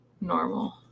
normal